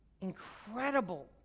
incredible